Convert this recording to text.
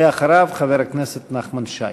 ואחריו, חבר הכנסת נחמן שי.